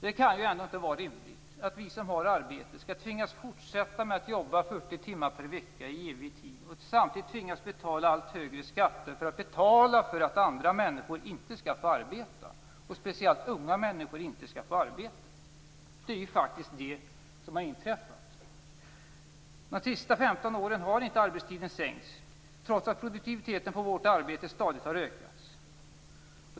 Det kan inte vara rimligt att vi som har arbete skall tvingas fortsätta med att jobba 40 timmar per vecka i evig tid och samtidigt tvingas betala allt högre skatter för att betala för att andra människor inte skall få arbeta. Speciellt gäller det unga människor. Det är faktiskt vad som har inträffat. Under de senaste 15 åren har arbetstiden inte sänkts, trots att produktiviteten på vårt arbete stadigt har ökat.